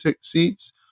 seats